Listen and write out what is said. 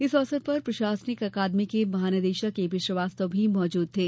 इस अवसर पर प्रशासनिक अकादमी के महानिदेशक एपी श्रीवास्तव भी मौजूद थे